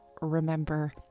remember